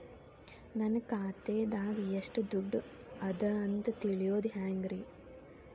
ನನ್ನ ಖಾತೆದಾಗ ಎಷ್ಟ ದುಡ್ಡು ಅದ ಅಂತ ತಿಳಿಯೋದು ಹ್ಯಾಂಗ್ರಿ?